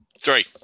Three